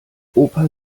opa